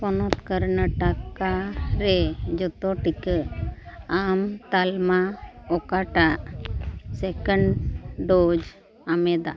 ᱯᱚᱱᱚᱛ ᱠᱚᱨᱱᱟᱴᱚᱠᱨᱮ ᱡᱷᱚᱛᱚ ᱴᱤᱠᱟ ᱟᱢ ᱛᱟᱞᱢᱟ ᱚᱠᱟᱴᱟᱜ ᱥᱮᱠᱮᱱᱰ ᱰᱳᱡᱽ ᱧᱟᱢᱮᱫᱟ